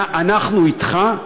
אנחנו אתך,